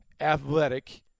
athletic